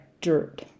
dirt